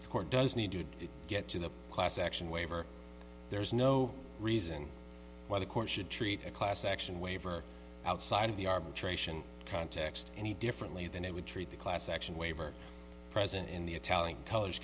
the court does need to get to the class action waiver there's no reason why the court should treat a class action waiver outside of the arbitration context any differently than they would treat the class action waiver present in the italian colors